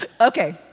Okay